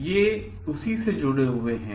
तो ये उसी से जुड़े हैं